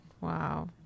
Wow